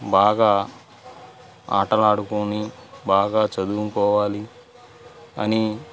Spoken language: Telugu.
బాగా ఆటలు ఆడుకొని బాగా చదువుకోవాలి అని